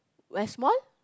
West Mall